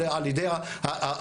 אלא על ידי הפרקליטות.